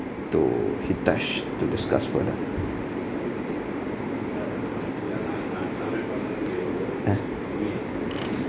to hitesh to discuss further eh